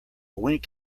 wink